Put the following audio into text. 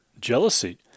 jealousy